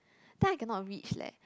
then I cannot reach leh